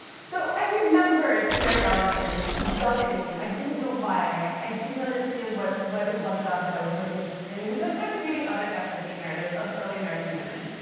so i remembered mary rowlandson. she dug at me. i didn't know why. i didn't understand what what it was about her that was so interesting. and so i started reading other captivity narratives of early american women.